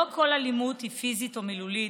לא כל אלימות היא פיזית או מילולית,